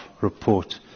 report